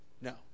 No